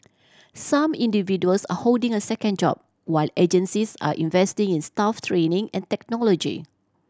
some individuals are holding a second job while agencies are investing in staff training and technology